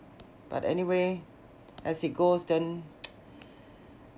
but anyway as it goes then